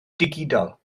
digidol